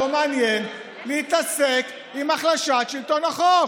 לא מעניין" להתעסק עם החלשת שלטון החוק?